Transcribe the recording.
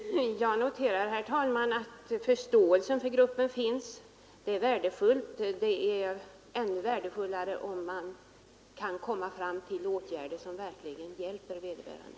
Herr talman! Jag noterar av fru Håviks anförande att förståelse för gruppen finns. Det är värdefullt. Det är ännu värdefullare om man kan komma fram till åtgärder som verkligen hjälper vederbörande.